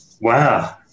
Wow